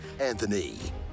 Anthony